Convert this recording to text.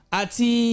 ati